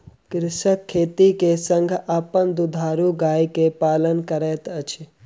कृषक खेती के संग अपन दुधारू गाय के पालन करैत अछि